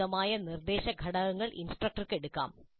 ഉചിതമായ നിർദ്ദേശ ഘടകങ്ങൾ ഇൻസ്ട്രക്ടർക്ക് എടുക്കാം